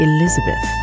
Elizabeth